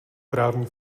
právní